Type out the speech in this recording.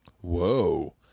Whoa